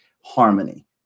harmony